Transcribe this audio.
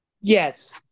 Yes